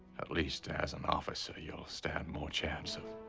at least as an officer, you'll stand more chance of